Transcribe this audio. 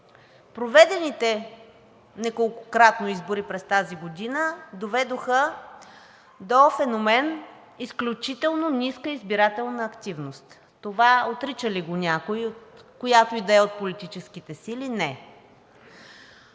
проведените неколкократно избори през тази година доведоха до феномен – изключително ниска избирателна активност. Това отрича ли го някой от която и да е от политическите сили? Не.